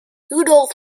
rudolf